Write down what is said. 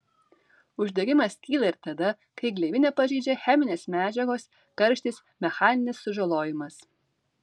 uždegimas kyla ir tada kai gleivinę pažeidžia cheminės medžiagos karštis mechaninis sužalojimas